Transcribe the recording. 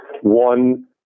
one